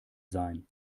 sein